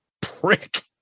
prick